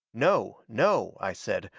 no! no i said,